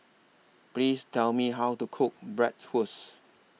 Please Tell Me How to Cook Bratwurst